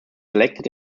elected